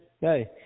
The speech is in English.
Hey